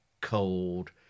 cold